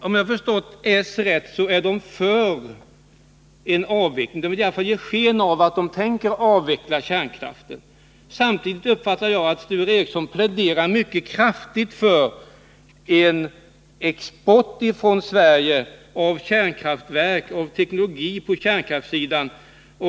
Om jag förstod Sture Ericson rätt är hans parti för en avveckling — det vill i varje fall ge sken av att man tänker avveckla kärnkraften. Samtidigt uppfattar jag att Sture Ericson pläderar mycket kraftigt för en export från Sverige av kärnkraftverk och av teknologi på kärnkraftssidan.